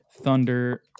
Thunder